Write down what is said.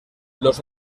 los